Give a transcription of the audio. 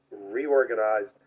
reorganized